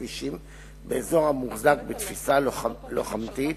כבישים באזור המוחזק בתפיסה לוחמתית,